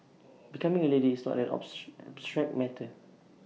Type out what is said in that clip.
becoming A leader is not an abstract matter